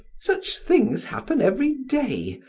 such things happen every day.